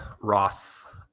Ross